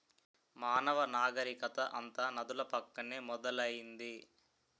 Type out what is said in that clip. మానవ నాగరికత అంతా నదుల పక్కనే మొదలైంది